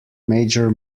major